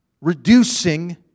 reducing